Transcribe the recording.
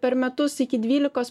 per metus iki dvylikos